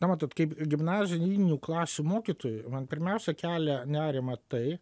na matot kaip gimnazinių klasių mokytojui man pirmiausia kelia nerimą tai